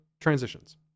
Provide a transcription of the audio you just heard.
transitions